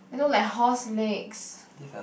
they look like horse legs